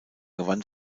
gewann